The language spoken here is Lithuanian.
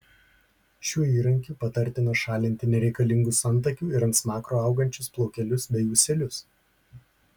šiuo įrankiu patartina šalinti nereikalingus antakių ir ant smakro augančius plaukelius bei ūselius